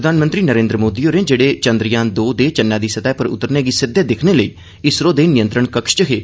प्रधानमंत्री नरेन्द्र मोदी होरें जेड़े चन्द्रयान दौंऊ दे चन्नै दी सतह पर उतरने गी सिद्दे दिक्खने लेई इसरो दे नियंत्रण कक्ष च हे